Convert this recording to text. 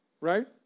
right